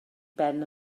ben